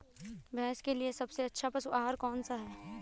भैंस के लिए सबसे अच्छा पशु आहार कौन सा है?